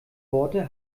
worte